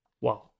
Wow